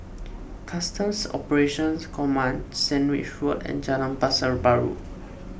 Customs Operations Command Sandwich Road and Jalan Pasar Baru